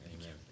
Amen